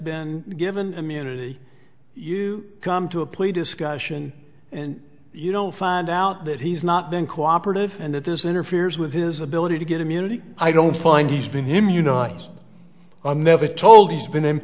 been given immunity you come to a plea to sky sion and you know find out that he's not been cooperative and that there's interferes with his ability to get immunity i don't find he's been immunize i'm never told he's been him